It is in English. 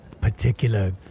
particular